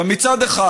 מצד אחד,